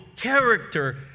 character